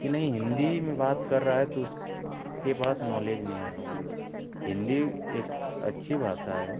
कि नहीं हिन्दी में बात कर रहा है तो उसके पास नॉलेज नहीं होगा हिन्दी एक अच्छी भाषा है